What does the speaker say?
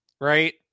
right